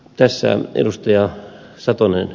tässä ed